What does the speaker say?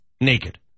naked